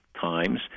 times